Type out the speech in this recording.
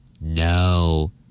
No